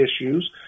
issues